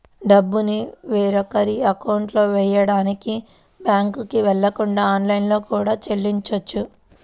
డబ్బుని వేరొకరి అకౌంట్లో వెయ్యడానికి బ్యేంకుకి వెళ్ళకుండా ఆన్లైన్లో కూడా చెల్లించొచ్చు